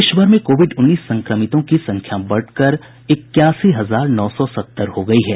देश भर में कोविड उन्नीस संक्रमितों की संख्या बढ़कर इक्यासी हजार नौ सौ सत्तर हो गयी है